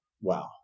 Wow